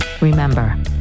Remember